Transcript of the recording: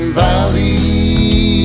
valley